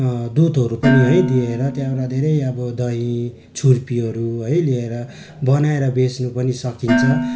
दुधहरू पनि है दिएर त्यहाँबाट धेरै अब दही छुर्पीहरू है लिएर बनाएर बेच्न पनि सकिन्छ